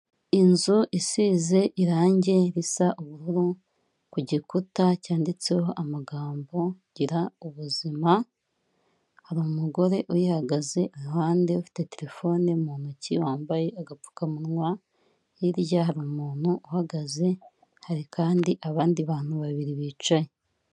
Inzu isize irangi risa ubururu ku gikuta cyanditseho amagambo gira ubuzima, hari umugore uyihagaze iruhande ufite telefone mu ntoki, wambaye agapfukamunwa, hirya hari umuntu uhagaze, hari kandi abandi bantu babiri bicaye.